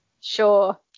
Sure